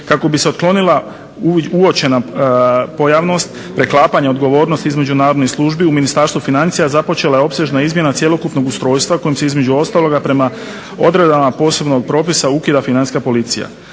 Kako bi se otklonila uočena pojavnost preklapanja odgovornosti između nadzornih službi u Ministarstvu financija započela je opsežna izmjena cjelokupnog ustrojstva kojom se između ostaloga prema odredbama posebnog propisa ukida Financijska policija.